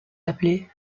appelé